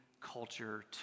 culture